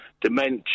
dementia